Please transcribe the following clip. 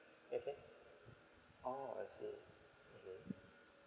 okay oh I see okay